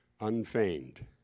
unfeigned